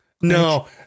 No